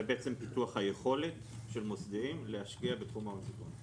זה בעצם פיתוח היכולת של מוסדיים להשקיע בתחום ההון סיכון.